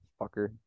fucker